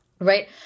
Right